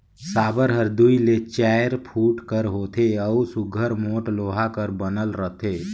साबर हर दूई ले चाएर फुट कर होथे अउ सुग्घर मोट लोहा कर बनल रहथे